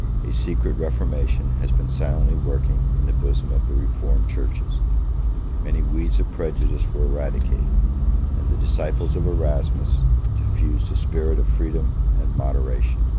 a secret reformation has been silently working in the bosom of the reformed churches many weeds of prejudice were eradicated and the disciples of erasmus diffused a spirit of freedom and moderation.